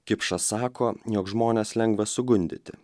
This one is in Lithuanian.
kipšas sako jog žmones lengva sugundyti